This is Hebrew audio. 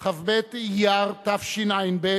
כ"ב באייר תשע"ב,